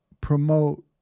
promote